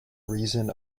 reason